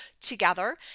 together